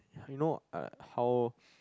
you know uh how